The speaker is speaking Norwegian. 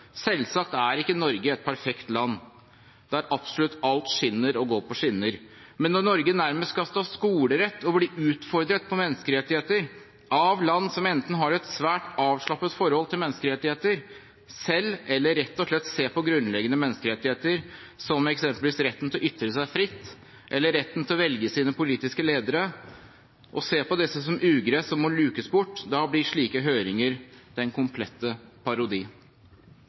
selvsagt er ikke Norge et perfekt land der absolutt alt skinner og går på skinner. Men når Norge nærmest skal stå skolerett og bli utfordret på menneskerettigheter av land som selv enten har et svært avslappet forhold til menneskerettigheter, eller som rett og slett ser på grunnleggende menneskerettigheter, som eksempelvis retten til å ytre seg fritt eller retten til å velge sine politiske ledere, som ugress som må lukes bort, da blir slike høringer den komplette parodi.